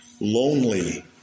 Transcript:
lonely